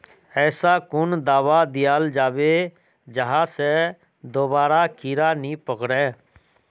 ऐसा कुन दाबा दियाल जाबे जहा से दोबारा कीड़ा नी पकड़े?